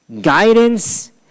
guidance